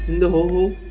ଏମିତି ହଉ ହଉ